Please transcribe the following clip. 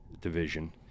division